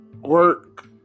Work